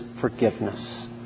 forgiveness